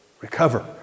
recover